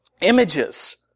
Images